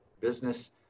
business